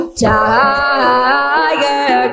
Tiger